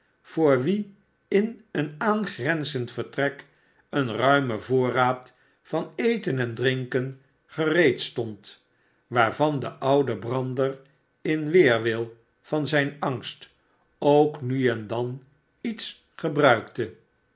voor wie in een aangrenzend vertrek een ruime voorraad van eten en drinken gereedstond waarvan de oude brander in weerwil van zijn angst k nu en dan iets gebruikte